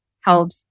held